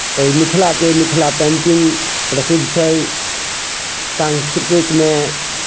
फेर मिथिलाके मिथिला पेंटिंग प्रसिद्ध छै सांस्कृतिकमे